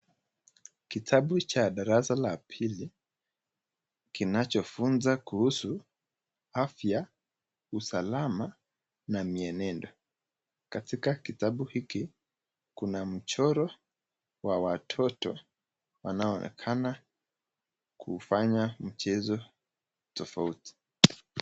Kitabu cha darasa la pili kinachofunza kuhusu afya, usalama na mienendo. Katika kitabu hiki kuna mchoro wa watoto wanao onekana kufanya mchezo tofauti